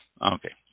okay